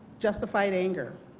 justified anger.